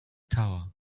tower